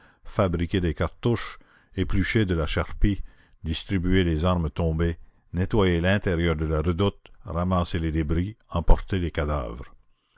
fabriqué des cartouches épluché de la charpie distribué les armes tombées nettoyé l'intérieur de la redoute ramassé les débris emporté les cadavres